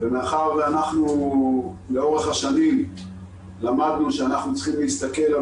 ומאחר שאנחנו לאורך השנים למדנו שאנחנו צריכים להסתכל על